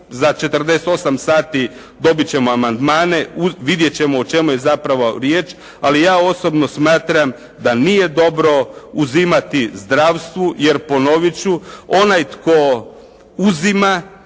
Za 48 sati dobit ćemo amandmane. Vidjet ćemo o čemu je zapravo riječ. Ali ja osobno smatram da nije dobro uzimati zdravstvu, jer ponovit ću onaj tko uzima